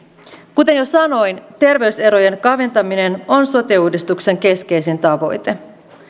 kuten jo sanoin terveyserojen kaventaminen on sote uudistuksen keskeisin tavoite